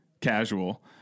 Casual